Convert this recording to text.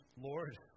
Lord